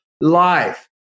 life